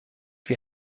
wie